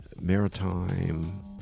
maritime